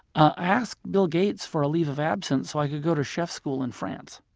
i asked bill gates for a leave of absence so i could go to chef school in france.